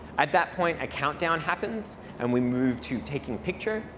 at that point, a countdown happens and we move to taking picture,